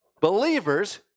Believers